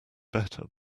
better